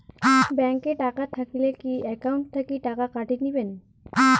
Bank এ টাকা থাকিলে কি একাউন্ট থাকি টাকা কাটি নিবেন?